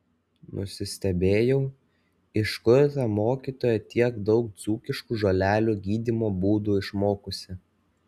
nusistebėjau iš kur ta mokytoja tiek daug dzūkiškų žolelių gydymo būdų išmokusi